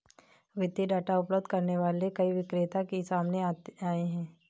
वित्तीय डाटा उपलब्ध करने वाले कई विक्रेता भी सामने आए हैं